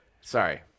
Sorry